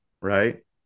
right